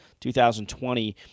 2020